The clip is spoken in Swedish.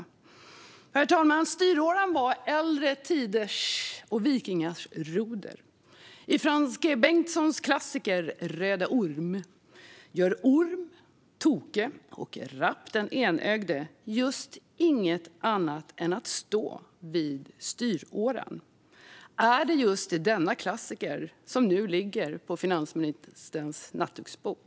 Herr talman! Styråran var äldre tiders och vikingars roder. I Frans G. Bengtssons klassiker Röde Orm gör Orm, Toke och Rapp den enögde just inget annat än att stå vid styråran. Är det just denna klassiker som just nu ligger på finansministerns nattduksbord?